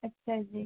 अच्छा जी